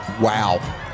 wow